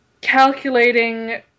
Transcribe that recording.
calculating